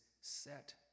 set